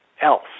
else